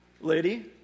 lady